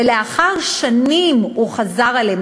ולאחר שנים הוא חזר אליהם,